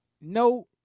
No